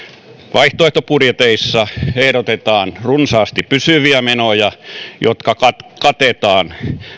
vaihtoehtobudjeteissa ehdotetaan runsaasti pysyviä menoja jotka katetaan